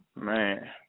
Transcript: Man